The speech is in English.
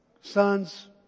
sons